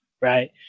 Right